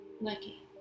lucky